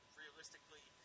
realistically